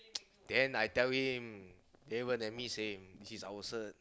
then I tell him Davon and me same this is our cert